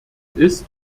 ist